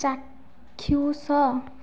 ଚାକ୍ଷୁସ